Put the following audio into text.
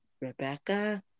Rebecca